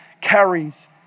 carries